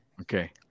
Okay